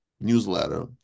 newsletter